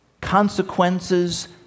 consequences